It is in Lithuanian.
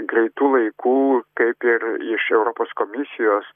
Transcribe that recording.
greitu laiku kaip ir iš europos komisijos